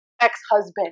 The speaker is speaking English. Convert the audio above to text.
ex-husband